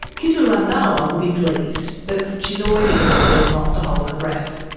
kittu randhawa will be pleased, but she's already decided not to hold her breath.